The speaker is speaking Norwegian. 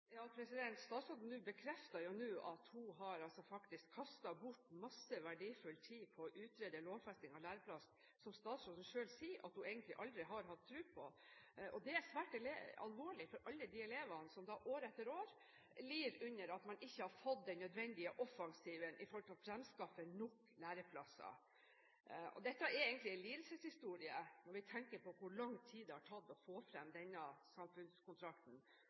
Statsråden bekrefter jo nå at hun faktisk har kastet bort masse verdifull tid på å utrede lovfesting av læreplass – som statsråden selv sier at hun egentlig aldri har hatt tro på – og det er svært alvorlig for alle de elevene som år etter år lider under at man ikke har fått den nødvendige offensiven for å fremskaffe nok læreplasser. Dette er egentlig en lidelseshistorie når vi tenker på hvor lang tid det har tatt å få fram denne samfunnskontrakten.